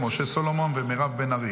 משה סולומון ומירב בן ארי.